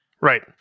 Right